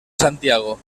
santiago